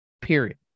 period